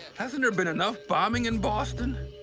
hasn't there been enough bombing in boston?